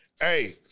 Hey